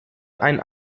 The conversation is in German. ein